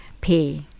Pay